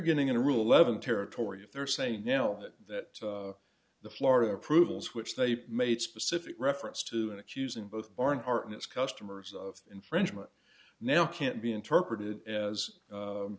getting into rule eleven territory if they're saying now that the florida approvals which they made specific reference to and accusing both barnhart and its customers of infringement now can't be interpreted as